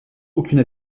aucune